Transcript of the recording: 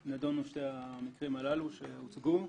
בו נידונו שני המקרים הללו שהוצגו.